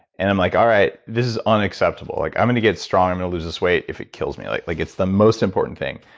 and i'm like, all right, this is unacceptable. like i'm going to get strong and lose this weight if it kills me. like like it's the most important thing.